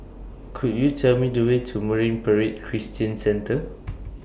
Could YOU Tell Me The Way to Marine Parade Christian Centre